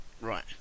Right